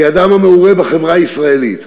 כאדם המעורה בחברה הישראלית,